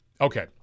Okay